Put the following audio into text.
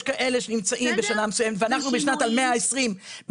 יש כאלה שנמצאים בשנה מסוימת ואנחנו בשנת המאה ה-20,